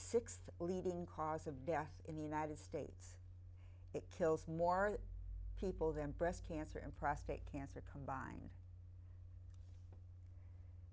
sixth leading cause of death in the united states it kills more people than breast cancer and prostate cancer combined